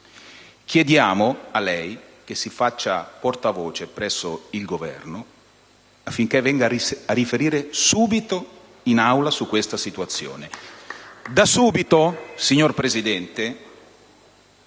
Chiediamo a lei che si faccia portavoce presso il Governo affinché venga a riferire subito in Aula su questa situazione. *(Applausi del